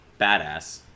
badass